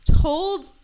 told